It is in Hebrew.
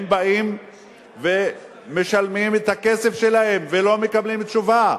הם באים ומשלמים בכסף שלהם, ולא מקבלים תשובה.